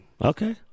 Okay